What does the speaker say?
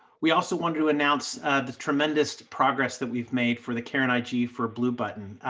we also want to to announce the tremendous progress that we've made for the karen i g for blue button.